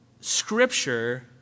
scripture